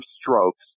strokes